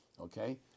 Okay